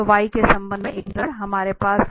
तो y के संबंध में एकीकरण हमारे पास है